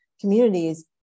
communities